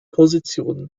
position